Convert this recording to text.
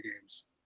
games